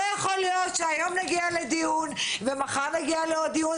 לא יכול להיות שהיום נגיע לדיון ומחר נגיע לעוד דיון.